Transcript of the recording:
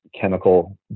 chemical